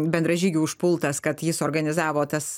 bendražygių užpultas kad jis organizavo tas